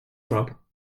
trump